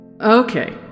Okay